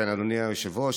אדוני היושב-ראש,